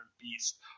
beast